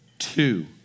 two